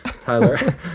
Tyler